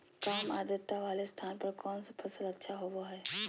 काम आद्रता वाले स्थान पर कौन फसल अच्छा होबो हाई?